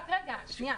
רק רגע, שנייה -- בסדר,